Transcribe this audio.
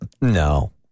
No